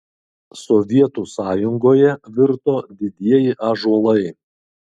sovietų sąjungoje virto didieji ąžuolai